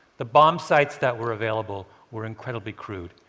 the bombsights that were available were incredibly crude.